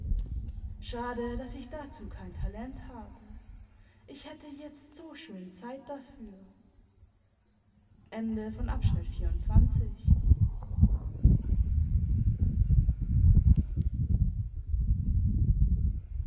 schade daß ich dazu kein talent habe ich hätte jetzt so schön zeit dafür